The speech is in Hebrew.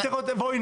זה